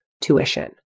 tuition